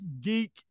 Geek